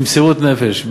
במסירות נפש,